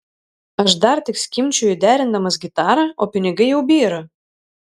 aš dar tik skimbčioju derindamas gitarą o pinigai jau byra